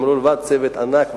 הם צוות ענק,